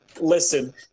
listen